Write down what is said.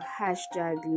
hashtag